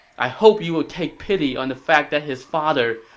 i hope you will take pity on the fact that his father,